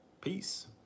Peace